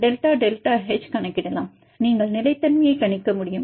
delta delta H கணக்கிடலாம் நீங்கள் நிலைத்தன்மையை கணிக்க முடியும்